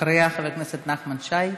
אחריה, חבר הכנסת נחמן שי.